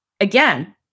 again